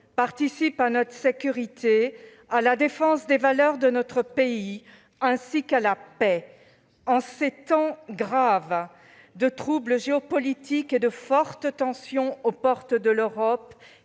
participent à notre sécurité, à la défense des valeurs de notre pays ainsi qu'à la paix en ces temps de graves troubles géopolitiques et de fortes tensions aux portes de l'Europe-